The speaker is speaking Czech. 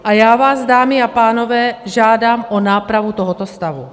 A já vás, dámy a pánové, žádám o nápravu tohoto stavu.